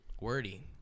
Wordy